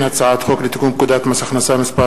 הצעת חוק לתיקון פקודת מס הכנסה (מס'